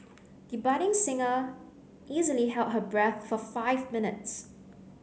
the budding singer easily held her breath for five minutes